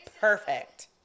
perfect